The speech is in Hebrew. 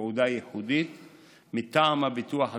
תעודה ייחודית מטעם הביטוח הלאומי,